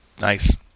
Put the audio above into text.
Nice